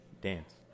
dance